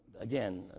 Again